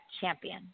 champion